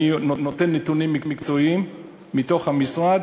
אני נותן נתונים מקצועיים מתוך המשרד,